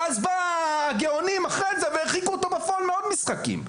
אז באו הגאונים אחרי זה והרחיקו אותו בפועל מאוד משחקים.